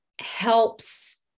helps